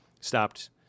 stopped